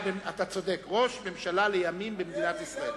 אתה צודק, ראש ממשלה לימים במדינת ישראל.